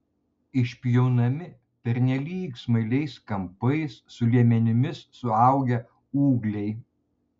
išpjaunami pernelyg smailiais kampais su liemenimis suaugę ūgliai